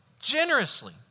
generously